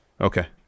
Okay